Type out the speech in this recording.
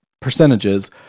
percentages